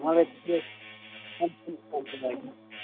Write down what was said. मलाई चाहिँ स्यामसङ राम्रो लाग्यो